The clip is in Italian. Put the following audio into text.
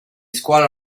scuola